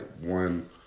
one